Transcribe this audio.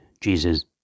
Jesus